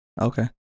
Okay